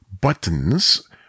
buttons